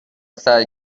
سعی